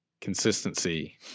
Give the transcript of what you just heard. consistency –